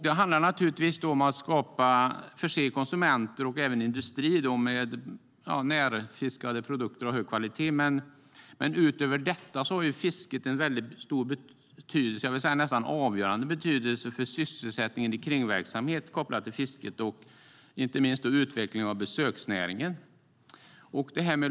Det handlar om att förse konsumenter och industri med närfiskade produkter av hög kvalitet. Utöver detta har fisket en stor - ja, nästan avgörande - betydelse för sysselsättningen i kringverksamhet kopplad till fisket, inte minst utvecklingen av besöksnäringen.